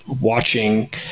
watching